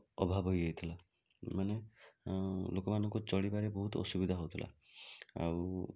ଅଭାବ ହେଇଯାଇଥିଲା ମାନେ ଲୋକମାନଙ୍କୁ ଚଳିବାରେ ବହୁତ ଅସୁବିଧା ହଉଥିଲା ଆଉ